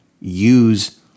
use